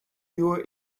your